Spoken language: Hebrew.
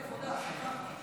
--- בסדר, מפאת כבודה, סליחה.